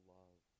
love